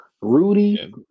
Rudy